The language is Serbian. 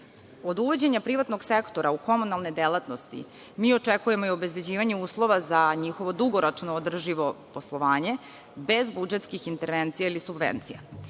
uvođenja privatnog sektora u komunalne delatnosti mi očekujemo i obezbeđivanje uslova za njihovo dugoročno održivo poslovanje bez budžetskih intervencija ili subvencija.